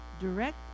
direct